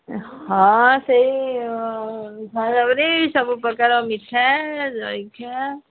ହଁ ସେଇଠାରେ ସବୁପ୍ରକାର ମିଠା ଜଳଖିଆ